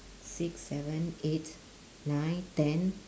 six seven eight nine ten